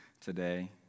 today